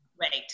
Right